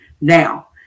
Now